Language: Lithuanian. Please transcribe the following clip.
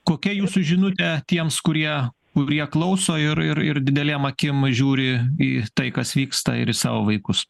kokia jūsų žinutė tiems kurie kurie klauso ir ir ir didelėm akim žiūri į tai kas vyksta ir į savo vaikus